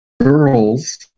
girls